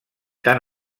tant